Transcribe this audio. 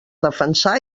defensar